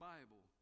Bible